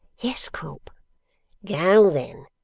yes, quilp go then.